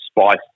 spice